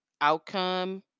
outcome